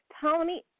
Tony